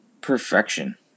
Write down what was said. perfection